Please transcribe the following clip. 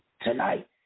tonight